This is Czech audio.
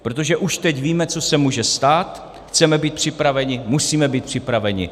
Protože už teď víme, co se může stát, chceme být připraveni, musíme být připraveni.